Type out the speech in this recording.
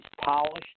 polished